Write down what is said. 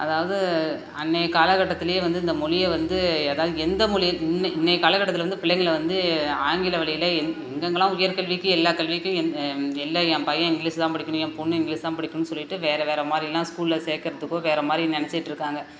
அதாவது அன்னைய கால கட்டத்துலையே வந்து இந்த மொழியை வந்து எதா எந்த மொழிய இந் இன்னைய காலகட்டத்தில் வந்து பிள்ளைங்கள வந்து ஆங்கில வழியில எங் எங்கெங்கேலாம் உயர் கல்விக்கு எல்லா கல்விக்கும் இல்லை என் பையன் இங்கிலிஷ் தான் படிக்கணும் என் பொண்ணு இங்கிலிஷ் தான் படிக்கணும் சொல்லிவிட்டு வேறு வேறு மாதிரிலாம் ஸ்கூலில் சேர்க்குறதுக்கும் வேறு மாதிரி நினச்சிக்கிட்டு இருக்காங்க